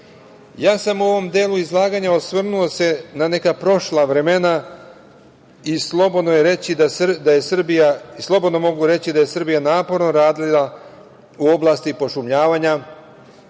ovom delu izlaganja osvrnuo sam se na neka prošla vremena i slobodno mogu reći da je Srbija naporno radila u oblasti pošumljavanja.